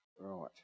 Right